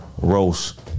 roast